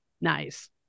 Nice